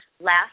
last